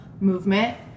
movement